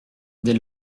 des